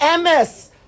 MS